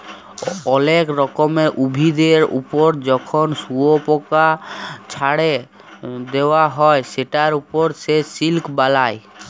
অলেক রকমের উভিদের ওপর যখন শুয়পকাকে চ্ছাড়ে দেওয়া হ্যয় সেটার ওপর সে সিল্ক বালায়